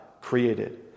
created